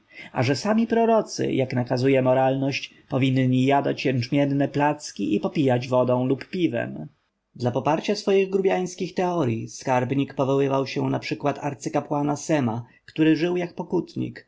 a że sami prorocy jak nakazuje moralność powinni jadać jęczmienne placki i popijać wodą lub piwem dla poparcia swoich grubjańskich teoryj skarbnik powoływał się na przykład arcykapłana sema który żył jak pokutnik